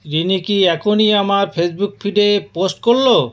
রিনি কি এখনই আমার ফেসবুক ফিডে পোস্ট করল